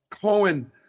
Cohen